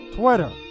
Twitter